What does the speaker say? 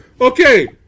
Okay